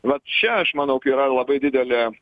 va čia aš manau yra labai didelė